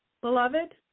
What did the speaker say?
Beloved